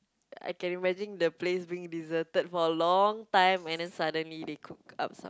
I can imagine the place being deserted for a long time and then suddenly they cook up some~